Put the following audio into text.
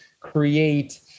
create